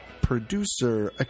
producer